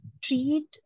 treat